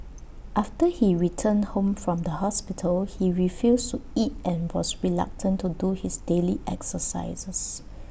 after he returned home from the hospital he refused to eat and was reluctant to do his daily exercises